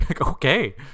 okay